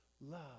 Love